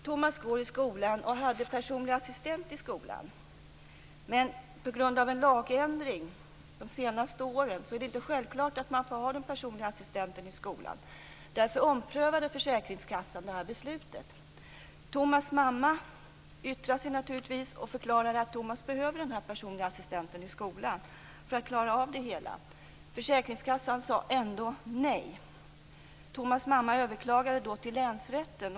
Tomas går i skolan och har haft personlig assistent i skolan, men på grund av en lagändring är det nu inte självklart att man får ha den personliga assistenten i skolan. Därför omprövade försäkringskassan beslutet. Tomas mamma yttrade sig naturligtvis och förklarade att Tomas behöver den personliga assistenten i skolan för att klara av det hela. Försäkringskassan sade ändå nej. Tomas mamma överklagade då till länsrätten.